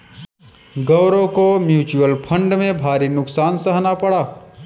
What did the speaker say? गौरव को mutual fund में भारी नुकसान सहना पड़ा